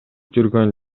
жүргөн